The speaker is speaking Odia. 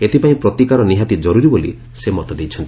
ଏଥିପାଇଁ ପ୍ରତିକାର ନିହାତି ଜରୁରୀ ବୋଲି ସେ ମତ ଦେଇଛନ୍ତି